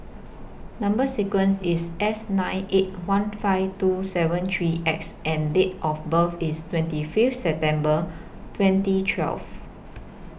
Number sequence IS S nine eight one five two seven three X and Date of birth IS twenty Fifth September twenty twelve